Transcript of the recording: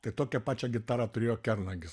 tai tokią pačią gitarą turėjo kernagis